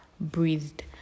breathed